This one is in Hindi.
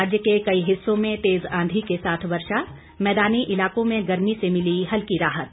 राज्य के कई हिस्सों में तेज आंधी के साथ वर्षा मैदानी इलाकों में गर्मी से मिली हल्की राहत